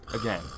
again